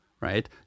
right